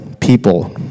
people